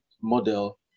model